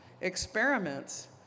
experiments